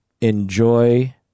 enjoy